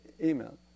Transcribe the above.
email